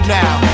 now